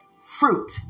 fruit